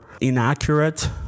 inaccurate